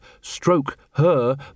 stroke-her